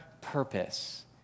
purpose